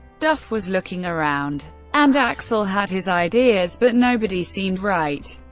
duff was looking around and axl had his ideas, but nobody seemed right.